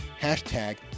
Hashtag